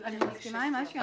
אני מסכימה עם מה שהיא אמרה.